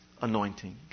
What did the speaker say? anointing